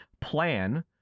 plan